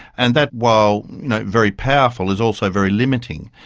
and that, while you know very powerful, is also very limiting.